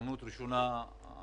בהזדמנות ראשונה אתה